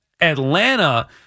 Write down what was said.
Atlanta